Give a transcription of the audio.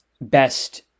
best